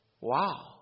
Wow